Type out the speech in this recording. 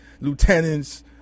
lieutenants